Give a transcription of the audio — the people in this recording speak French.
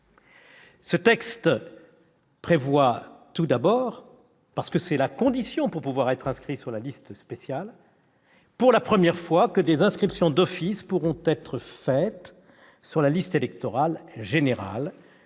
Il prévoit tout d'abord, parce que c'est la condition pour pouvoir être inscrit sur la liste électorale spéciale, que des inscriptions d'office pourront être faites sur la liste électorale générale